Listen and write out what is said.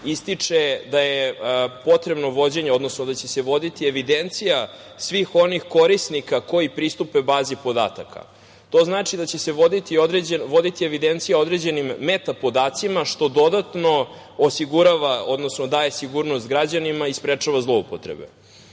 ističe da je potrebno vođenje, odnosno da će se voditi evidencija svih onih korisnika koji pristupe bazi podataka. To znači da će se voditi evidencija o određenim meta podacima, što dodatno osigurava, odnosno daje sigurnost građanima i sprečava zloupotrebe. Koji